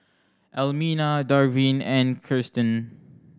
Elmina Darvin and Kiersten